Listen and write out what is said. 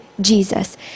Jesus